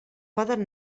poden